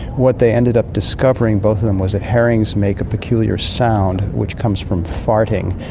what they ended up discovering, both of them, was that herrings make a peculiar sound which comes from farting,